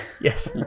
Yes